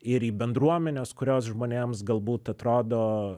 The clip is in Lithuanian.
ir į bendruomenes kurios žmonėms galbūt atrodo